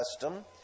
custom